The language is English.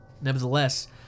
Nevertheless